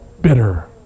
bitter